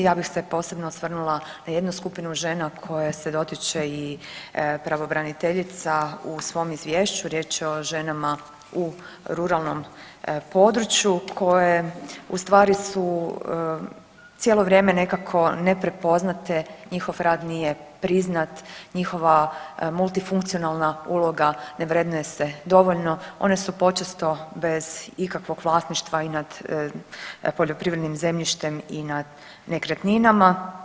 Ja bih se posebno osvrnula na jednu skupinu žena koje se dotiče i pravobraniteljica u svom izvješću, riječ je o ženama u ruralnom području koje u stvari su cijelo vrijeme nekako neprepoznate, njihov rad nije priznat, njihova multifunkcionalna uloga ne vrednuje se dovoljno, one su počesto bez ikakvog vlasništva i nad poljoprivrednim zemljištem i nad nekretninama.